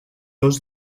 dos